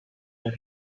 are